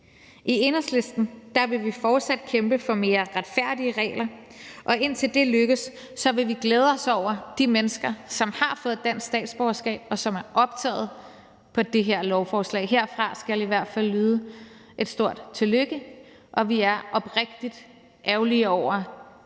I Enhedslisten vil vi fortsat kæmpe for mere retfærdige regler, og indtil det lykkes, vil vi glæde os over de mennesker, som har fået dansk statsborgerskab, og som er optaget på det her lovforslag. Herfra skal i hvert fald lyde et stort tillykke, og vi er oprigtig ærgerlige over, at